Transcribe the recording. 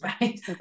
right